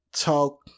Talk